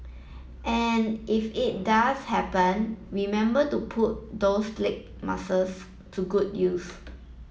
and if it does happen remember to put those leg muscles to good use